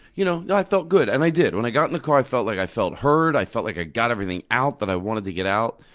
you know yeah i felt good. and i did. when i got in the car, i felt like i felt heard, i felt like i got everything out that i wanted to get out.